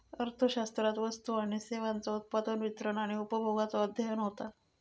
अर्थशास्त्रात वस्तू आणि सेवांचा उत्पादन, वितरण आणि उपभोगाचा अध्ययन होता